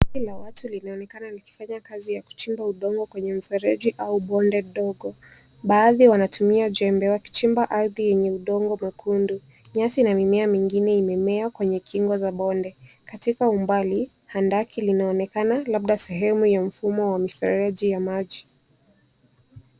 Kundi la watu linaonekanalikifanya kazi ya kuchima udongo kwenye mfereji au bonde ndogo. Baadhi wanatumia jembe wakichimba ardhi enye udongo mwekundu. Nyasi na mimea mengine imemea kwenye kingo za bonde. Katika umbali handaki handaki linaonekana labda sehemu ya mifumo wa mifereji ya maji.